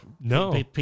No